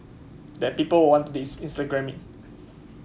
that people would want to instagram it